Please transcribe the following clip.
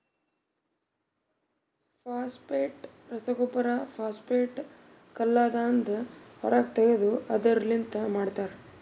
phosphate ರಸಗೊಬ್ಬರ phosphate ಕಲ್ಲದಾಂದ ಹೊರಗ್ ತೆಗೆದು ಅದುರ್ ಲಿಂತ ಮಾಡ್ತರ